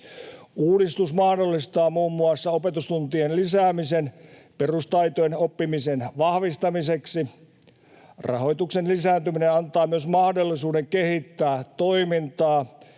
Uudistus mahdollistaa muun muassa opetustuntien lisäämisen perustaitojen oppimisen vahvistamiseksi. Rahoituksen lisääntyminen antaa myös mahdollisuuden kehittää toimintaa,